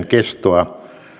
kestoa